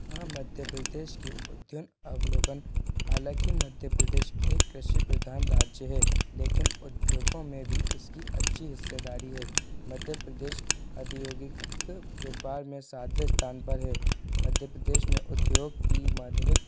हाँ मध्य प्रदेश के उद्यन अवलोकन हालांकि मध्य प्रदेश एक कृषि प्रधान राज्य है लेकिन उद्योगों में भी इसकी अच्छी हिस्सेदारी है मध्य प्रदेश औद्योगिक व्यापार में सातवें स्थान पर है मध्य प्रदेश में उद्योग की माध्यमिक